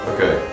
Okay